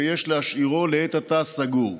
ויש להשאירו לעת עתה סגור.